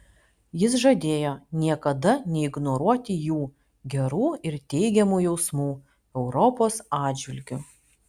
jis žadėjo niekada neignoruoti jų gerų ir teigiamų jausmų europos atžvilgiu